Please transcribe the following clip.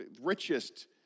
richest